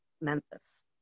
Memphis